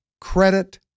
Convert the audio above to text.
credit